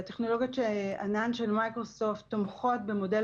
טכנולוגיות של ענן של מייקרוסופט תומכות במודל